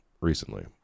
recently